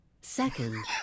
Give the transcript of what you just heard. Second